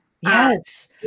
Yes